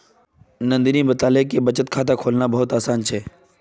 नंदनी बताले कि बचत खाता खोलना बहुत आसान छे